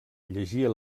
llegia